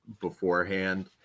beforehand